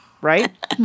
right